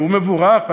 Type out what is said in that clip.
שהוא מבורך,